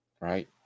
Right